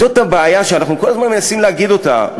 זאת הבעיה שאנחנו כל הזמן מנסים להגיד אותה,